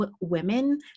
women